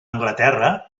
anglaterra